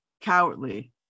cowardly